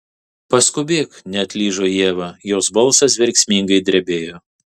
paskubėk neatlyžo ieva jos balsas verksmingai drebėjo